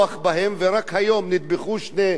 רק היום נטבחו שני אזרחים,